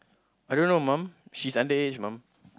I don't know mum she's underage mum